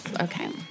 Okay